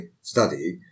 study